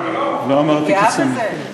אני גאה בזה,